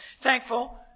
thankful